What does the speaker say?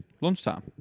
Lunchtime